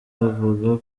avuga